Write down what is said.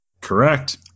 Correct